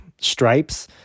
stripes